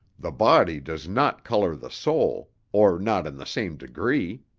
the body does not colour the soul, or not in the same degree.